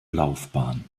laufbahn